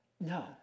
No